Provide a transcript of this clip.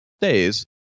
days